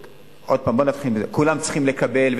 בואו נתחיל מזה שכולם צריכים לקבל,